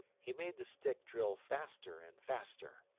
he made the stick drill faster and faster.